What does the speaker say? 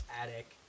attic